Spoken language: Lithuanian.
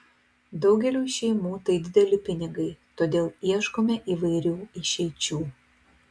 daugeliui šeimų tai dideli pinigai todėl ieškome įvairių išeičių